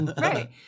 Right